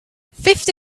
fifty